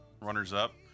runners-up